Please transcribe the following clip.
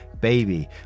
baby